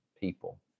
people